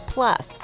Plus